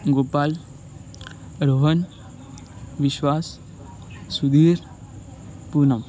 Gopal Rohan Vishwas Sudhir Poonam